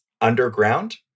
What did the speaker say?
underground